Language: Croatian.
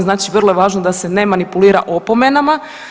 Znači vrlo je važno da se ne manipulira opomenama.